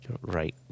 Right